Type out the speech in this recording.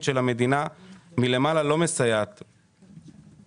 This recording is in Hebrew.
של המדינה מלמעלה לא מסייעת כראוי.